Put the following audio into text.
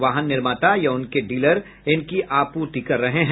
वाहन निर्माता या उनके डीलर इनकी आपूर्ति कर रहे हैं